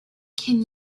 can